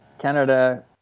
Canada